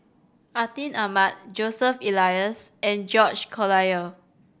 Atin Amat Joseph Elias and George Collyer